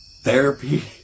therapy